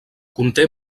conté